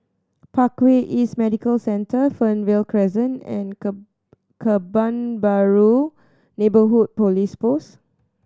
Parkway East Medical Centre Fernvale Crescent and Kebun Baru Neighbourhood Police Post